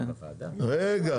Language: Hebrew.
רגע,